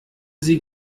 sie